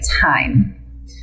time